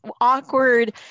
awkward